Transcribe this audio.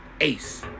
ace